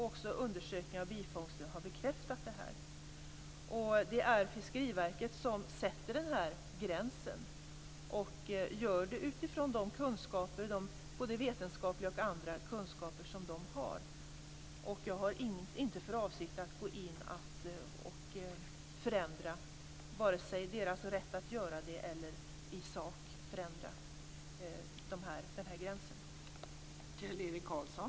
Också undersökningar av bifångster har bekräftat detta. Det är Fiskeriverket som sätter denna gräns och gör det utifrån de kunskaper, både vetenskapliga och andra kunskaper, som man har. Och jag har inte för avsikt att gå in och förändra vare sig Fiskeriverkets rätt att göra det eller i sak förändra den här gränsen.